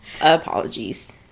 Apologies